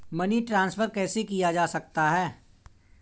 Money transfer कैसे किया जा सकता है?